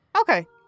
Okay